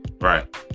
right